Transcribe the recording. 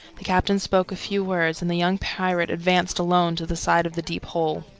the captain spoke a few words, and the young pirate advanced alone to the side of the deep hole.